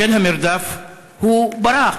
בשל המרדף הוא ברח.